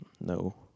no